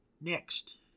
Next